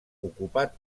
ocupat